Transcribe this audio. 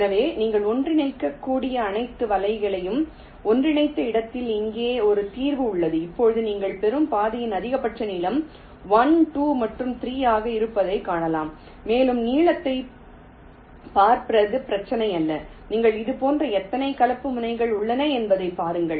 எனவே நீங்கள் ஒன்றிணைக்கக்கூடிய அனைத்து வலைகளையும் ஒன்றிணைத்த இடத்தில் இங்கே ஒரு தீர்வு உள்ளது இப்போது நீங்கள் பெறும் பாதையின் அதிகபட்ச நீளம் 1 2 மற்றும் 3 ஆக இருப்பதைக் காணலாம் மேலும் நீளத்தைப் பார்ப்பது பிரச்சினை அல்ல நீங்கள் இதுபோன்ற எத்தனை கலப்பு முனைகள் உள்ளன என்பதைப் பாருங்கள்